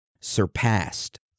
surpassed